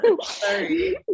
sorry